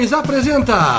apresenta